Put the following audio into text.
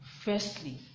firstly